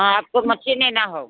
हाँ हमको मच्छी लेना हो